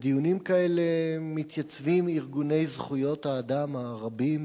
בדיונים כאלה מתייצבים ארגוני זכויות האדם הרבים